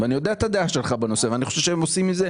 אני יודע מהי הדעה שלך בנושא, ואני חושב שזו ממש